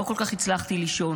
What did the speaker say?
לא כל כך הצלחתי לישון.